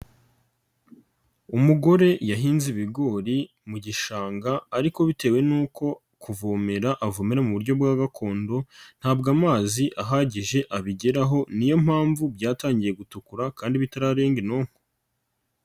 Umugore yahinze ibigori mu gishanga ariko bitewe nuko kuvomera avomera mu buryo bwa gakondo ntabwo amazi ahagije abigeraho, ni yo mpamvu byatangiye gutukura kandi bitararenga inonko.